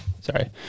Sorry